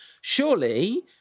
surely